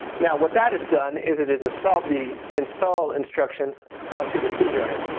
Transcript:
now what that has done is it it installed the install instructions onto the c drive.